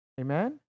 Amen